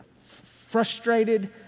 frustrated